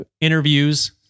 interviews